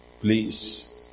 please